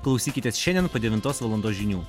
klausykitės šiandien po devintos valandos žinių